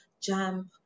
jump